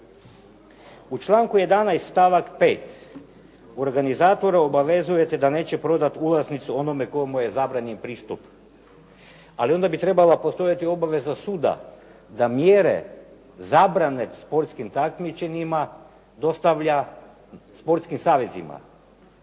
U članku 11. stavak 5. organizatora obavezujete da neće prodati ulaznicu onome komu je zabranjen pristup, ali onda bi trebala postojati obaveza suda da mjere zabrane sportskim takmičenjima dostavlja sportskim savjetima.